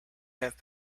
have